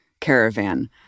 caravan